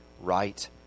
right